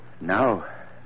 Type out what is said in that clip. Now